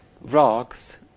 rocks